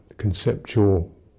conceptual